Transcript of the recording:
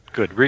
Good